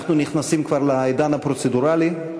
אנחנו נכנסים כבר לעידן הפרוצדורלי.